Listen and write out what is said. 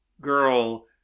Girl